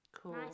Cool